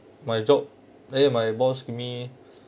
my job eh my boss give me